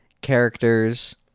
characters